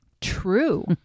true